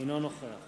אינו נוכח